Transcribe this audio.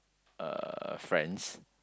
uh friends